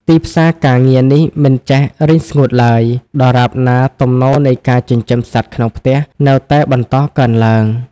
ទីផ្សារការងារនេះមិនចេះរីងស្ងួតឡើយ ដរាបណាទំនោរនៃការចិញ្ចឹមសត្វក្នុងផ្ទះ នៅតែបន្តកើនឡើង។